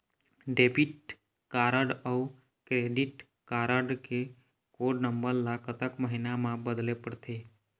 Debit card अऊ credit card code कोड नंबर ला कतक महीना मा बदले पड़थे?